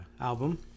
album